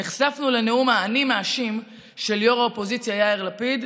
נחשפנו לנאום האני מאשים של יו"ר האופוזיציה יאיר לפיד,